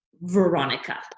Veronica